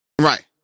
Right